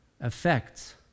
affects